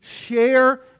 share